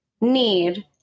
need